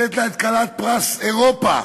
כלת פרס אירופה,